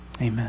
Amen